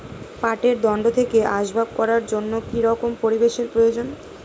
পাটের দণ্ড থেকে আসবাব করার জন্য কি রকম পরিবেশ এর প্রয়োজন?